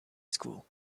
school